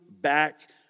back